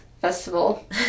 Festival